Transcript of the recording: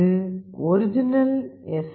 இது original S